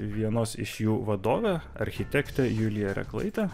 vienos iš jų vadovę architektę juliją reklaitę